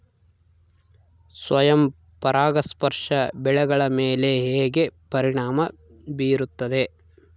ಸ್ವಯಂ ಪರಾಗಸ್ಪರ್ಶ ಬೆಳೆಗಳ ಮೇಲೆ ಹೇಗೆ ಪರಿಣಾಮ ಬೇರುತ್ತದೆ?